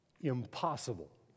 impossible